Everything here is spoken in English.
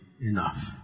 enough